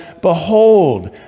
behold